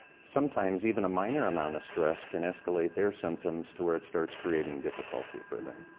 sometimes even a minor amount of stress can escalate their symptoms to where it starts creating difficulty for them.